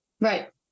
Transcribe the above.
Right